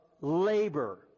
labor